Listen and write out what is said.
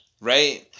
Right